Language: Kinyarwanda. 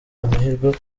amahirwe